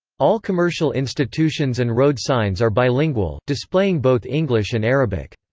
all commercial institutions and road signs are bilingual, displaying both english and arabic.